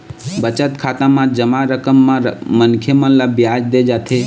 बचत खाता म जमा रकम म मनखे ल बियाज दे जाथे